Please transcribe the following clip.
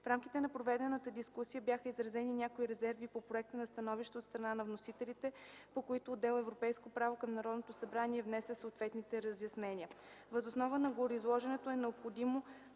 В рамките на проведената дискусия бяха изразени някои резерви по проекта на становище от страна на вносителите, по които отдел „Европейско право” към Народното събрание внесе съответни разяснения. Въз основа на гореизложеното е необходимо